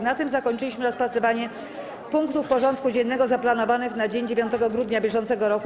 Na tym zakończyliśmy rozpatrywanie punktów porządku dziennego zaplanowanych na dzień 9 grudnia br.